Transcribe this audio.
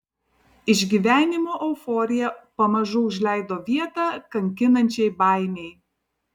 išgyvenimo euforija pamažu užleido vietą kankinančiai baimei